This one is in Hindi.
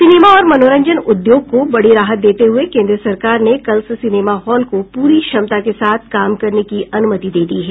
सिनेमा और मनोरंजन उद्योग को बड़ी राहत देते हुए केन्द्र सरकार ने कल से सिनेमा हॉल को पूरी क्षमता के साथ काम करने की अनुमति दे दी है